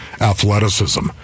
athleticism